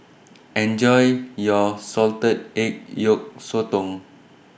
Enjoy your Salted Egg Yolk Sotong